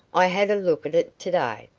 i had a look at it to-day.